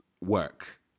work